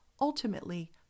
ultimately